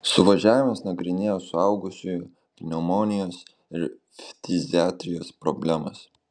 suvažiavimas nagrinėjo suaugusiųjų pneumonijos ir ftiziatrijos problemas